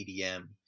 edm